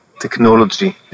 technology